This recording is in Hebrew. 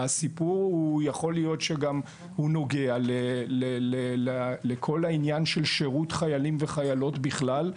יכול להיות שהסיפור גם נוגע לכל העניין של שירות חיילים וחיילות בכלל,